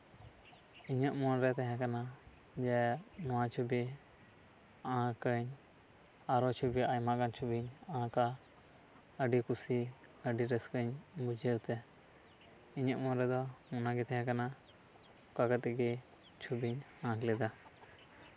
ᱤᱧᱟᱹᱜ ᱢᱚᱱᱨᱮ ᱛᱟᱦᱮᱸ ᱠᱟᱱᱟ ᱡᱮ ᱱᱚᱣᱟ ᱪᱷᱚᱵᱤ ᱟᱸᱠ ᱟᱹᱧ ᱟᱨᱚ ᱪᱷᱚᱵᱤ ᱟᱭᱢᱟ ᱜᱟᱱ ᱪᱷᱚᱵᱤ ᱟᱸᱠᱼᱟ ᱟᱹᱰᱤ ᱠᱩᱥᱤ ᱟᱹᱰᱤ ᱨᱟᱹᱥᱠᱟᱹᱧ ᱵᱩᱡᱷᱟᱹᱣ ᱛᱮ ᱤᱧᱟᱹᱜ ᱢᱚᱱ ᱨᱮᱫᱚ ᱚᱱᱟᱜᱮ ᱛᱟᱦᱮᱸ ᱠᱟᱱᱟ ᱚᱱᱠᱟ ᱠᱟᱛᱮᱜ ᱜᱮ ᱪᱷᱚᱵᱤᱧ ᱟᱸᱠ ᱞᱮᱠᱟ